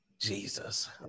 Jesus